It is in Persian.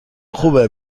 خوبه